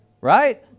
Right